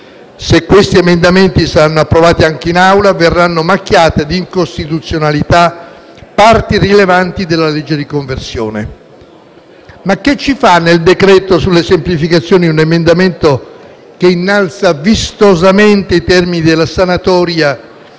Se questi emendamenti saranno approvati anche in Assemblea, verranno macchiate di incostituzionalità parti rilevanti della legge di conversione. Che ci fa nel decreto sulle semplificazioni un emendamento che innalza vistosamente i termini della sanatoria